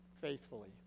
faithfully